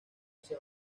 ese